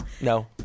No